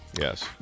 Yes